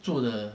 做的